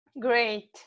Great